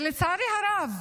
לצערי הרב,